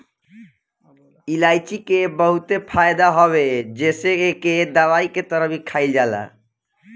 इलायची के बहुते फायदा हवे जेसे एके दवाई के तरह भी खाईल जाला